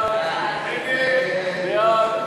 חוק ההתייעלות